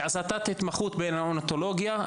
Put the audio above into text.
שעשה את ההתמחות בניאונטולוגיה,